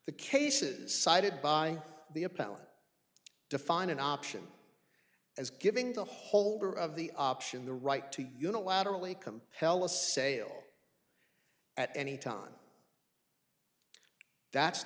the cases cited by the appellant define an option as giving the holder of the option the right to unilaterally compel a sale at any time that's